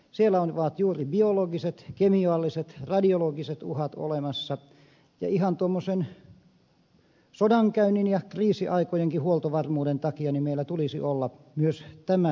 siellä ovat juuri biologiset kemialliset radiologiset uhat olemassa ja ihan tuommoisen sodankäynnin ja kriisiaikojenkin huoltovarmuuden takia meillä tulisi olla myös tämä valmius olemassa